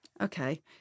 okay